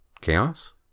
chaos